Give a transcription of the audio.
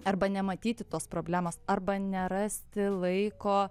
arba nematyti tos problemos arba nerasti laiko